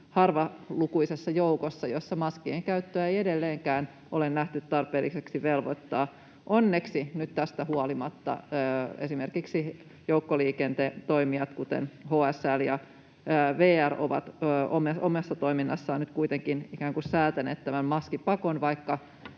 harvalukuisessa joukossa, jossa maskien käyttöön ei edelleenkään ole nähty tarpeelliseksi velvoittaa. Onneksi nyt tästä huolimatta esimerkiksi joukkoliikenteen toimijat, kuten HSL ja VR, ovat kuitenkin omassa toiminnassaan ikään kuin säätäneet tämän maskipakon, vaikka